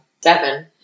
seven